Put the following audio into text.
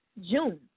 June